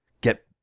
get